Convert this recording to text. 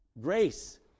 grace